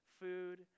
food